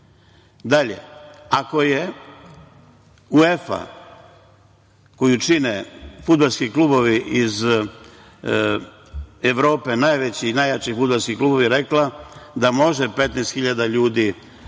ne? Dalje, ako je UEFA koju čine fudbalski klubovi iz Evrope, najveći i najjači fudbalski klubovi, rekla da može 15.000 ljudi